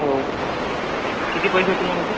okay किती पैसे होते त्यामध्ये